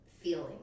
feeling